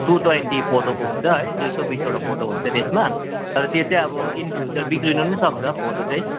two twenty फोटोको हुन्छ है दुई सय बिसवटा फोटो हुन्छ त्यसमा तर त्यो चाहिँ अब इन फ्युचर बिग्रिनु पनि सक्छ फोटो चाहिँ